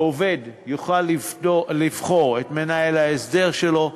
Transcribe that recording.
העובד יוכל לבחור את מנהל ההסדר שלו,